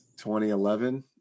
2011